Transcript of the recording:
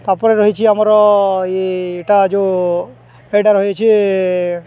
ତା'ପରେ ରହିଛି ଆମର ଏଇ ଏଇଟା ଯୋଉ ଏଟା ରହିଛି